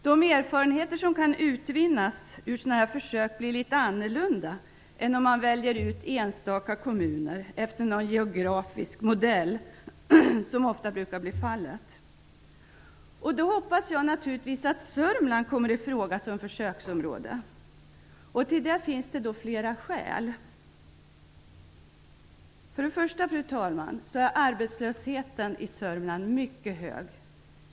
De erfarenheter som kan utvinnas ur sådana här försök blir litet annorlunda jämfört med om enstaka kommuner väljs ut efter en geografisk modell, som ofta blir fallet. Självfallet hoppas jag att Sörmland kommer i fråga som försöksområde. Till detta finns det flera skäl. För det första är arbetslösheten i Sörmland mycket hög.